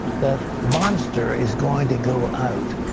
that monster is going to go out,